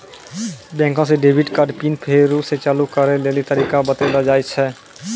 बैंके से debit card pin फेरु से चालू करै लेली तरीका बतैलो जाय छै